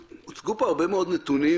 הוצגו פה הרבה מאוד נתונים,